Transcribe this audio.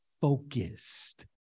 focused